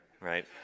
right